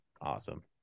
awesome